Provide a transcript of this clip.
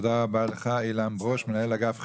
תודה רבה לך אילן ברוש, מנהל אגף חירום.